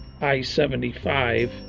I-75